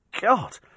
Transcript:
god